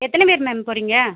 எத்தனை பேர் மேம் போகிறீங்க